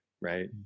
Right